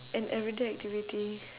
an everyday activity